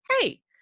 hey